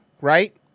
right